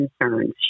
concerns